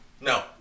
No